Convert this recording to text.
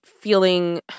feeling